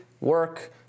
work